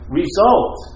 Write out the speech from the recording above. result